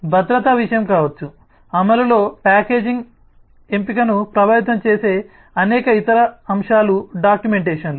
భద్రత విషయం కావచ్చు అమలులో ప్యాకేజింగ్ ఎంపికను ప్రభావితం చేసే అనేక ఇతర అంశాలు డాక్యుమెంటేషన్లు